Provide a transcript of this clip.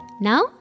Now